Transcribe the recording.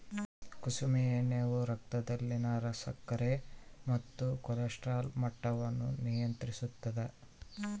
ಕುಸುಮೆ ಎಣ್ಣೆಯು ರಕ್ತದಲ್ಲಿನ ಸಕ್ಕರೆ ಮತ್ತು ಕೊಲೆಸ್ಟ್ರಾಲ್ ಮಟ್ಟವನ್ನು ನಿಯಂತ್ರಿಸುತ್ತದ